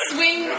Swing